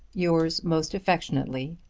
yours most affectionately,